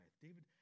David